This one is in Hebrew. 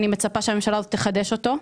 אני מצפה שהממשלה הזאת תחדש אותו.